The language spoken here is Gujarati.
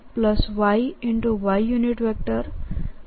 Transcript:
y y rr5 મળશે